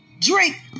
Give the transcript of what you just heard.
Drink